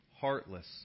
heartless